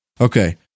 Okay